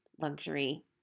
luxury